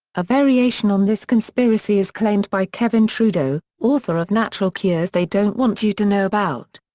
a variation on this conspiracy is claimed by kevin trudeau, author of natural cures they don't want you to know about.